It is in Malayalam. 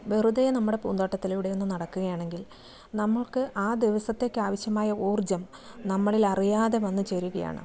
വെറുതെ നമ്മുടെ പൂന്തോട്ടത്തിലൂടെ ഒന്ന് നടക്കുകയാണെങ്കിൽ നമുക്ക് ആ ദിവസത്തേക്ക് ആവിശ്യമായ ഊർജം നമ്മളിൽ അറിയാതെ വന്നു ചേരുകയാണ്